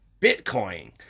Bitcoin